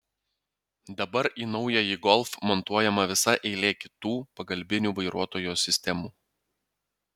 dabar į naująjį golf montuojama visa eilė kitų pagalbinių vairuotojo sistemų